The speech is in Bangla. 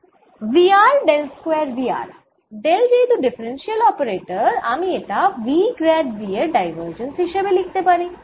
V r del square V r del যেহেতু ডিফারেন্সিয়াল অপারেটর আমি এটা V গ্র্যাড V এর ডাইভারজেন্স হিসেবে লিখতে পারি